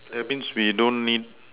that means we don't need